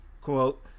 Quote